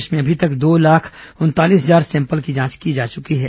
प्रदेश में अभी तक करीब दो लाख उनतालीस हजार सैंपल की जांच की जा चुकी है